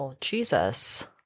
Jesus